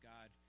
God